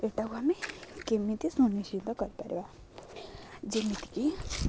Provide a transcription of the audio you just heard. ଏଇଟାକୁ ଆମେ କେମିତି ସୁନିଶ୍ଚିନ୍ତ କରିପାରିବା ଯେମିତିକି